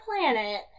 planet